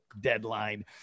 deadline